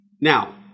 Now